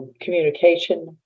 communication